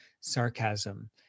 sarcasm